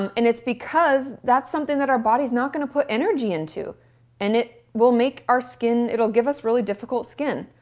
and and it's because that's something that our body's not going to put energy into and it will make our skin, it'll give us really difficult skin.